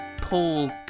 paul